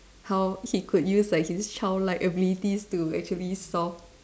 how he could use like his childlike abilities to actually solve